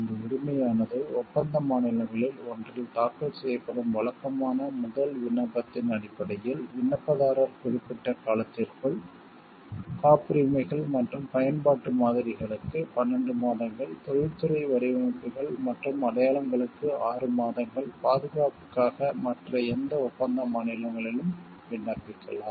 இந்த உரிமையானது ஒப்பந்த மாநிலங்களில் ஒன்றில் தாக்கல் செய்யப்படும் வழக்கமான முதல் விண்ணப்பத்தின் அடிப்படையில் விண்ணப்பதாரர் குறிப்பிட்ட காலத்திற்குள் காப்புரிமைகள் மற்றும் பயன்பாட்டு மாதிரிகளுக்கு 12 மாதங்கள் தொழில்துறை வடிவமைப்புகள் மற்றும் அடையாளங்களுக்கு 6 மாதங்கள் பாதுகாப்புக்காக மற்ற எந்த ஒப்பந்த மாநிலங்களிலும் விண்ணப்பிக்கலாம்